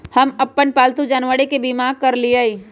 हम अप्पन पालतु जानवर के बीमा करअलिअई